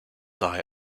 die